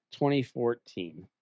2014